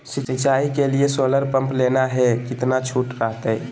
सिंचाई के लिए सोलर पंप लेना है कितना छुट रहतैय?